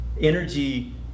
energy